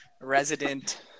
resident